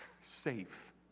safe